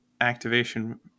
activation